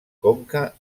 conca